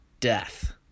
death